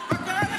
לא,